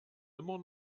immer